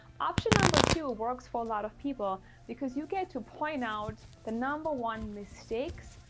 option. number two works for a lot of people because you get to point out the number one, mistakes,